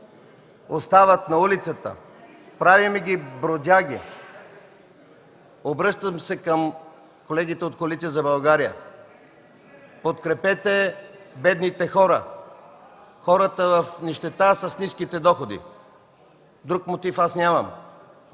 остават на улицата, правим ги бродяги. Обръщам се към колегите от Коалиция за България: подкрепете бедните хора, хората в нищета с ниските доходи. Друг мотив аз нямам.